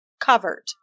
covered